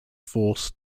force